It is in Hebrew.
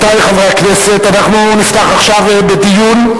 רבותי חברי הכנסת, אנחנו נפתח עכשיו בדיון,